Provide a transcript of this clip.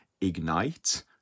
ignite